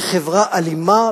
לחברה אלימה.